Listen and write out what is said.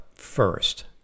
First